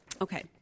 Okay